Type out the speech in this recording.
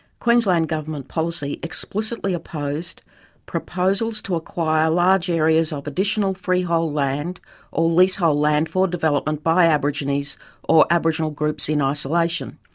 queensland government policy explicitly opposed proposals to acquire large areas of additional freehold land or leasehold land for development by aborigines or aboriginal groups in ah isolation.